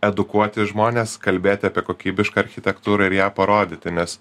edukuoti žmones kalbėti apie kokybišką architektūrą ir ją parodyti nes